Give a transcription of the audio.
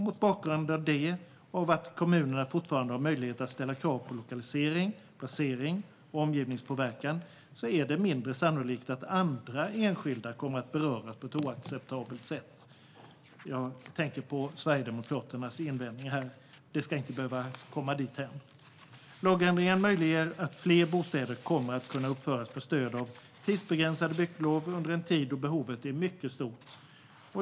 Mot bakgrund av detta och av att kommunerna fortfarande har möjlighet att ställa krav på lokalisering, placering och omgivningspåverkan är det mindre sannolikt att andra enskilda kommer att beröras på ett oacceptabelt sätt. Jag tänker här på Sverigedemokraternas invändning, och det ska inte behöva komma dithän. Lagändringen möjliggör att fler bostäder kan uppföras med stöd av tidsbegränsade bygglov under en tid då behovet är mycket stort.